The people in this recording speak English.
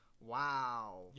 Wow